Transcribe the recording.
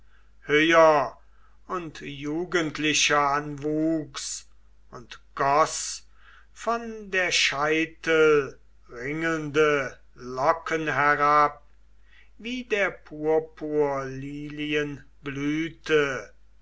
höher und jugendlicher an wuchs und goß von der scheitel ringelnde locken herab wie der purpurlilien blüte